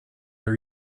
are